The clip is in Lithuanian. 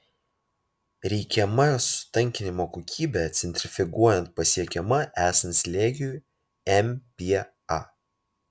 reikiama sutankinimo kokybė centrifuguojant pasiekiama esant slėgiui mpa